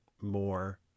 more